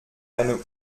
eine